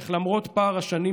איך למרות פער השנים,